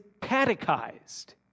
catechized